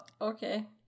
Okay